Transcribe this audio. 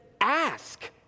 ask